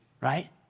right